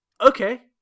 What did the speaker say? Okay